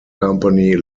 company